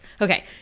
Okay